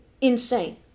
insane